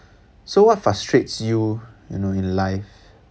so what frustrates you you know in life